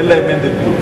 אין להם מנדלבליט.